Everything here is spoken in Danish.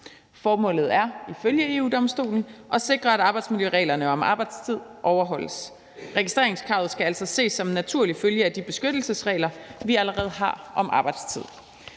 Formålet er ifølge EU-Domstolen at sikre, at arbejdsmiljøreglerne om arbejdstid overholdes. Registreringskravet skal altså ses som en naturlig følge af de beskyttelsesregler, vi allerede har om arbejdstid.